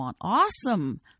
Awesome